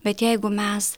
bet jeigu mes